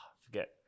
Forget